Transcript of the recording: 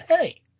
hey